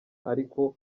ariko